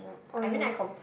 oh ya